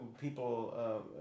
people